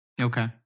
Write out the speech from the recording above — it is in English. okay